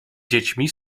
dziećmi